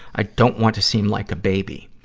i don't want to seem like a baby.